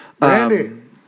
Randy